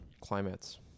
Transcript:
climates